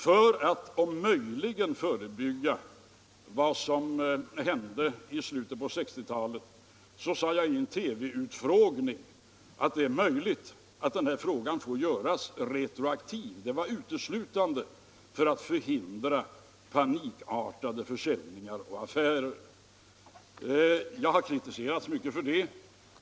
Och för att förebygga ett upprepande av vad som hände i slutet på 1960 talet sade jag då i en TV-utfrågning att det är möjligt att denna lagstiftning får göras retroaktiv. Jag sade det uteslutande för att förhindra panikartade försäljningar och affärer — och jag har kritiserats mycket för det.